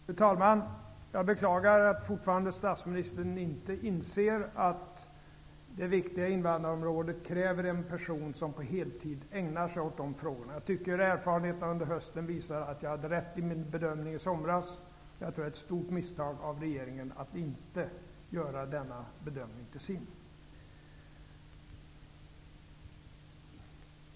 Fru talman! Jag beklagar att statsministern fortfarande inte inser att det viktiga invandrarområdet kräver en person som på heltid ägnar sig åt dess frågor. Jag tycker att erfarenheterna under hösten visar att jag hade rätt i min bedömning i somras, och jag tror att det är ett stort misstag av regeringen att inte göra denna bedömning till sin.